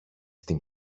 την